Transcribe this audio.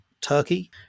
Turkey